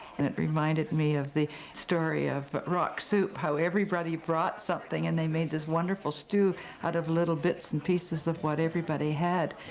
and it reminded me of the story of but rock soup. how everybody brought something and they made this wonderful stew out of little bits and pieces of what everybody had.